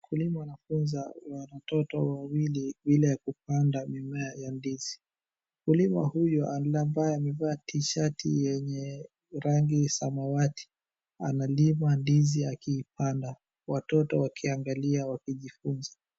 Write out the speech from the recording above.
Mkulima anafunza watoto wawili vile ya kupanda mimea ya ndizi. Mkulima huyu ambaye amevaa tishati yenye rangi samawati, analima ndizi akipanda, watoto wakiangalia wakijifunza.